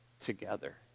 together